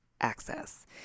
access